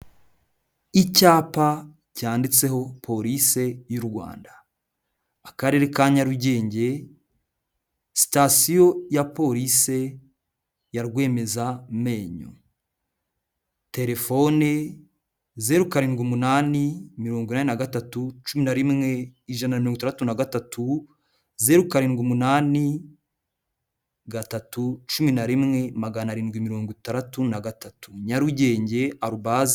Icyapa cyanditseho polise y'u Rwanda, Akarere ka Nyarugenge, sitasiyo ya polise ya Rwemezamenyo, telefone, zeru karindwi umunani, mirongo ine na gatatu, cumi na rimwe, ijana na mirongo itandatu na gatatu, zeru karindwi umunani, gatatu, cumi na rimwe, magana aridwi mirongo itandatu nagatatu, Nyarugenge arubazi.